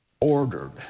ordered